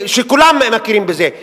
שכולם מכירים בזה?